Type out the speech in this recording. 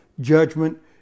judgment